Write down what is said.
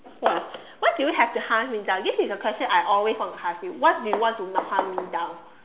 !wah! why do you have to hunt me down this is a question I always want to ask you why do you want to not hunt me down